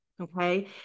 Okay